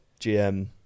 GM